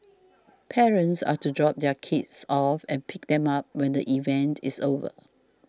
parents are to drop their kids off and pick them up when the event is over